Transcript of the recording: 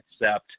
accept